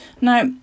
Now